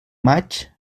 maig